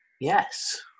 Yes